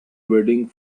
wedding